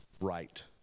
right